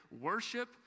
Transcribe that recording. worship